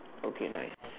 okay nice